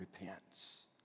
repents